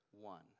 one